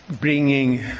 bringing